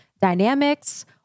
dynamics